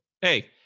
hey